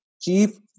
Chief